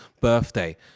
birthday